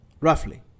Roughly